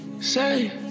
say